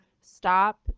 stop